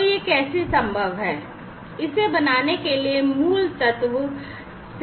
तो यह कैसे संभव है कि इसे बनाने के लिए मूल तत्व संवेदन तत्व है